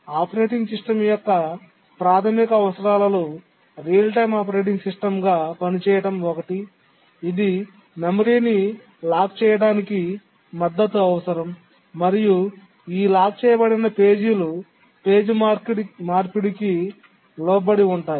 operating system యొక్క ప్రాథమిక అవసరాలలో రియల్ టైమ్ ఆపరేటింగ్ సిస్టమ్గా పనిచేయడం ఒకటి ఇది మెమరీని లాక్ చేయడానికి మద్దతు అవసరం మరియు ఈ లాక్ చేయబడిన పేజీలు పేజీ మార్పిడికి లోబడి ఉండవు